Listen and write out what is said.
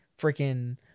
freaking